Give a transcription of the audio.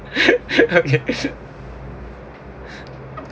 okay